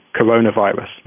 coronavirus